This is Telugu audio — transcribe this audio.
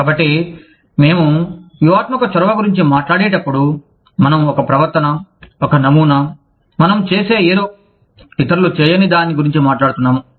కాబట్టి మేము వ్యూహాత్మక చొరవ గురించి మాట్లాడేటప్పుడు మనం ఒక ప్రవర్తన ఒక నమూనా మనం చేసే ఏదో ఇతరులు చేయని దాని గురించి మాట్లాడుతున్నాము